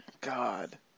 God